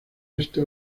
este